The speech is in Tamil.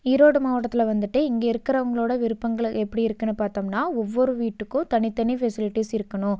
ஈரோடு மாவட்டத்தில் வந்துட்டு இங்கே இருக்கிறவங்களோட விருப்பங்கள் எப்படி இருக்குதுனு பார்த்தோம்னா ஒவ்வொரு வீட்டுக்கும் தனி தனி ஃபெசிலிட்டிஸ் இருக்கணும்